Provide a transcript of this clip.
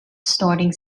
snorting